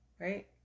right